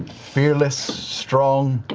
fearless, strong,